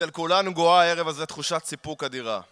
של כולנו גואה הערב הזה תחושה סיפוק אדירה